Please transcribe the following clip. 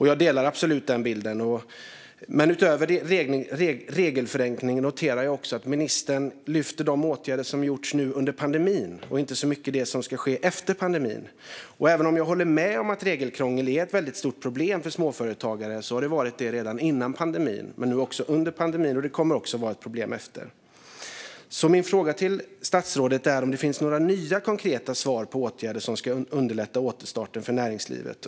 Jag delar absolut den bilden, men utöver regelförenkling noterar jag att ministern lyfter de åtgärder som gjorts under pandemin och inte säger så mycket om det som ska ske efter pandemin. Även om jag håller med om att regelkrångel är ett väldigt stort problem för småföretagare har det varit det redan innan pandemin och under pandemin, och det kommer att vara ett problem också efter pandemin. Min fråga till statsrådet är därför om det finns några nya konkreta svar på åtgärder som ska underlätta återstarten för näringslivet.